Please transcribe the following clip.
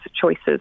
choices